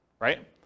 right